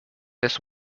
this